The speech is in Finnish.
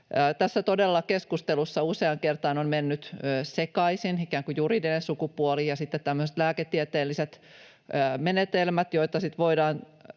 Tässä keskustelussa todella useaan kertaan ovat menneet sekaisin ikään kuin juridinen sukupuoli ja tämmöiset lääketieteelliset menetelmät, joita sitten voidaan